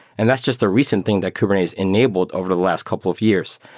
and that's just the recent thing that kubernetes enabled over the last couple of years.